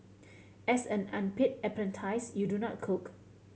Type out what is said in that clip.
as an unpaid apprentice you do not cook